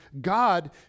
God